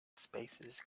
spaces